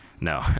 no